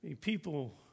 people